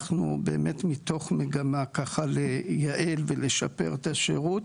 אנחנו באמת מתוך מגמה ככה לייעל ולשפר את השירות,